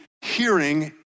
hearing